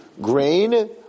grain